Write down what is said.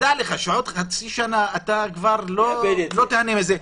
ותדע לך שעוד חצי שנה אתה כבר לא תהנה מזה.